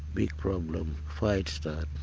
big problems. fight starts,